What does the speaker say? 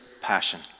passion